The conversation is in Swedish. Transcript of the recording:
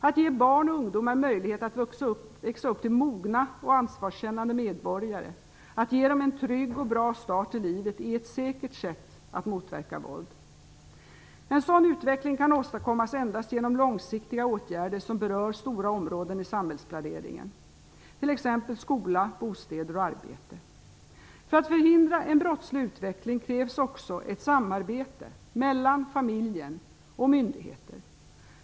Att ge barn och ungdomar möjlighet att växa upp till mogna och ansvarskännande medborgare, att ge dem en trygg och bra start i livet är ett säkert sätt att motverka våld. En sådan utveckling kan åstadkommas endast genom långsiktiga åtgärder som berör stora områden i samhällsplaneringen, t.ex. skola, bostäder och arbete. För att förhindra en brottslig utveckling krävs också ett samarbete mellan familj och myndigheter.